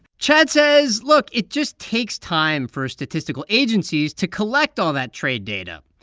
chad says, look it just takes time for statistical agencies to collect all that trade data.